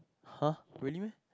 [huh] really meh